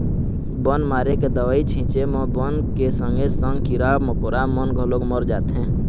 बन मारे के दवई छिंचे म बन के संगे संग कीरा कमोरा मन घलोक मर जाथें